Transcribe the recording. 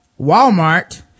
Walmart